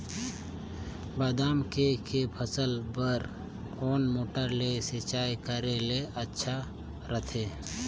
बादाम के के फसल बार कोन मोटर ले सिंचाई करे ले अच्छा रथे?